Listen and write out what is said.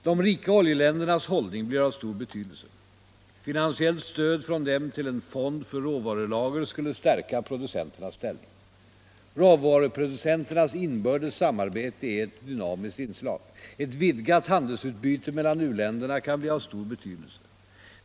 De rika oljeländernas hållning blir av stor betydelse; finansiellt stöd från dem till en fond för råvarulager skulle stärka producenternas ställning. Råvaruproducenternas inbördes samarbete är ett dynamiskt inslag. Ett vidgat handelsutbyte mellan u-länderna kan bli av stor betydelse.